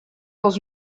dans